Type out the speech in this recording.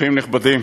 אורחים נכבדים,